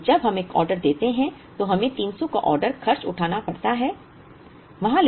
इसलिए जब हम एक ऑर्डर देते हैं तो हमें 300 का ऑर्डर खर्च उठाना पड़ता है